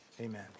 amen